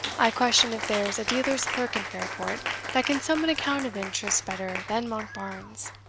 i question if there's a dealer's clerk in fairport that can sum an account of interest better than monkbarns.